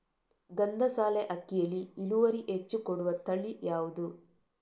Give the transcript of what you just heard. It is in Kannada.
ಗಂಧಸಾಲೆ ಅಕ್ಕಿಯಲ್ಲಿ ಇಳುವರಿ ಹೆಚ್ಚು ಕೊಡುವ ತಳಿ ಯಾವುದು?